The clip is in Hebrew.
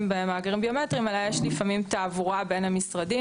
במאגרים ביומטריים אלא יש לפעמים תעבורה בין המשרדים.